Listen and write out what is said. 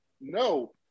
no